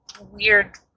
weird